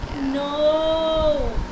No